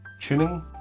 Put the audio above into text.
tuning